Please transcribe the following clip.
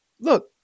look